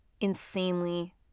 insanely